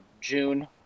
June